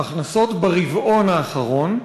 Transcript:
ההכנסות ברבעון האחרון,